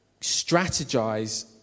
strategize